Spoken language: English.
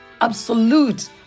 Absolute